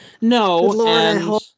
no